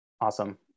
awesome